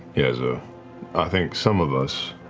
yeza. i think some of us,